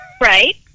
Right